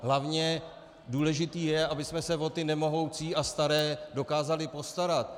Hlavně důležité je, abychom se o ty nemohoucí a staré dokázali postarat.